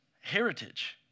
heritage